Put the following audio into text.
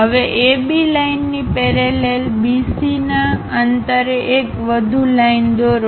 હવે AB લાઇનની parallel BCના અંતરે એક વધુ લાઇન દોરો